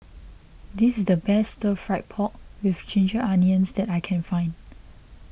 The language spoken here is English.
this is the best Stir Fried Pork with Ginger Onions that I can find